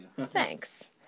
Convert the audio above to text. Thanks